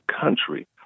country